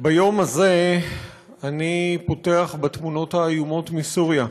ביום הזה אני פותח בתמונות האיומות מסוריה.